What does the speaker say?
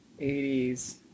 80s